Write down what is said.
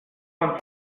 von